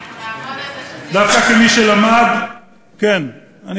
אנחנו נעמוד על זה, דווקא כמי שלמד, אני בהחלט,